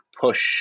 push